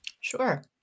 Sure